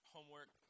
Homework